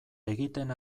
egiten